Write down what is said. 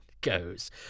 goes